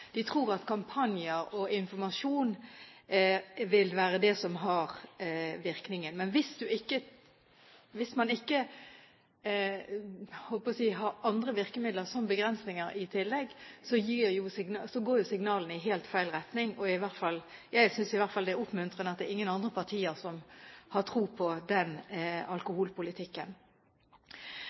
De tror at kampanjer og informasjon vil være det som har virkning. Men hvis man i tillegg ikke har andre virkemidler enn begrensninger, går jo signalene i helt feil retning. Jeg synes i hvert fall det er oppmuntrende at det ikke er andre partier som har tro på den alkoholpolitikken.